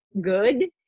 good